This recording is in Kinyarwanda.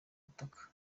ubutaka